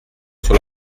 sur